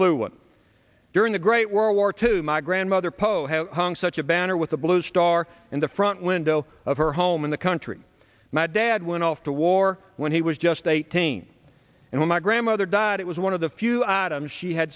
one during the great world war two my grandmother poe hung such a banner with a blue star in the front window of her home in the country my dad went off to war when he was just eighteen and when my grandmother died it was one of the few items she had